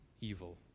evil